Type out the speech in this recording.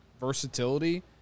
versatility